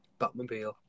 Batmobile